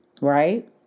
right